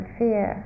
fear